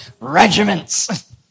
regiments